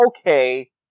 okay